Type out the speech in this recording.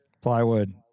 plywood